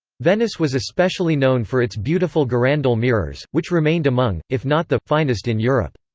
venice was especially known for its beautiful girandole mirrors, which remained among, if not the, finest in europe.